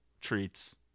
treats